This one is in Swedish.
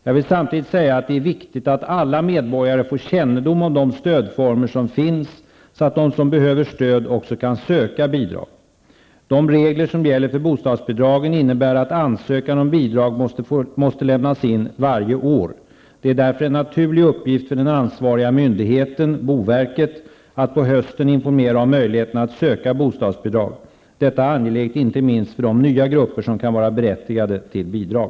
Jag vill samtidigt säga att det är viktigt att alla medborgare får kännedom om de stödformer som finns, så att de som behöver stöd också kan söka bidrag. De regler som gäller för bostadsbidragen innebär att ansökan om bidrag måste lämnas in varje år. Det är därför en naturlig uppgift för den ansvariga myndigheten, boverket, att på hösten informera om möjligheten att söka bostadsbidrag. Detta är angeläget inte minst för de nya grupper som kan vara berättigade till bidrag.